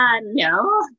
No